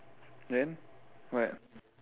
then what